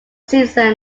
season